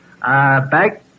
back